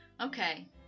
Okay